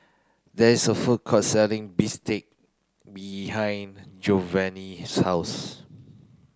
there is a food court selling bistake behind Jovani's house